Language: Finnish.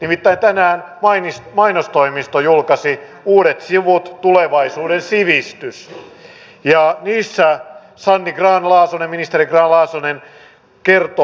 nimittäin tänään mainostoimisto julkaisi uudet sivut tulevaisuuden sivistys ja niillä ministeri sanni grahn laasonen kertoo